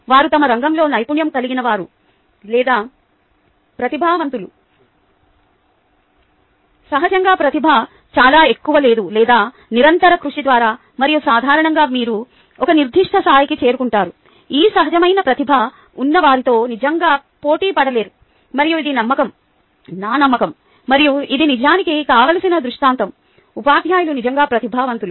వారు తమ రంగంలో నైపుణ్యం కలిగినవారు లేదా ప్రతిభావంతులు సహజంగా ప్రతిభ చాలా ఎక్కువ లేదా నిరంతర కృషి ద్వారా మరియు సాధారణంగా మీరు ఒక నిర్దిష్ట స్థాయికి చేరుకుంటారు ఈ సహజమైన ప్రతిభ ఉన్న వారితో నిజంగా పోటీ పడలేరు మరియు ఇది నా నమ్మకం మరియు ఇది నిజానికి కావలసిన దృష్టాంతం ఉపాధ్యాయులు నిజంగా ప్రతిభావంతులు